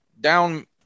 down